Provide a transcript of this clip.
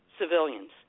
civilians